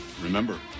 Remember